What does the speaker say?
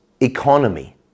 economy